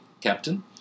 captain